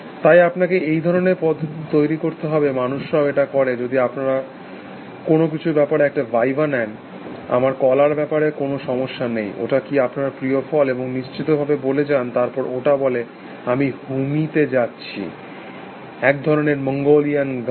তাই আপনাকে এই ধরণের পদ্ধতি তৈরি করতে হবে মানুষরাও এটা করে যদি আপনারা কোনো কিছুর ব্যাপারে একটা ভাইভা নেন আমার কলার ব্যাপারে কোনো সমস্যা নেই ওটা কি আপনার প্রিয় ফল এবং নিশ্চিতভাবে বলে যান তারপর ওটা বলে আমি হুমিতে যাচ্ছি এক ধরণের মঙ্গোলিয়ান গান